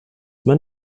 man